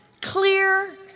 clear